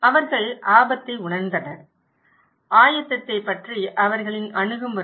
அவர்கள் ஆபத்தை உணர்ந்தனர் ஆயத்தத்தைப் பற்றிய அவர்களின் அணுகுமுறை